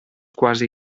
quasi